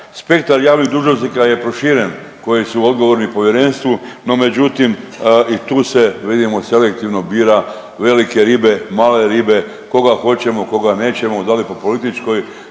Spektar javnih dužnosnika je proširen koji su odgovorni Povjerenstvu, no međutim, i tu se vidimo, selektivno bira velike ribe, male ribe, koga hoćemo, koga nećemo, da li po političkoj